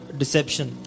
deception